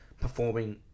performing